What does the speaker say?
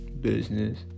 business